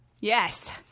Yes